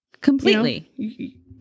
completely